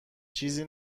چیزی